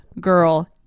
girl